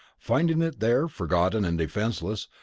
finding it there, forgotten and defenseless,